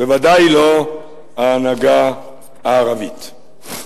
בוודאי לא ההנהגה הערבית.